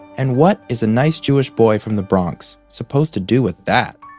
and what is a nice jewish boy from the bronx supposed to do with that?